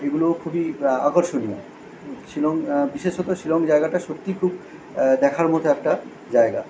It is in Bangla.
এগুলো খুবই আকর্ষণীয় শিলং বিশেষত শিলং জায়গাটা সত্যিই খুব দেখার মতো একটা জায়গা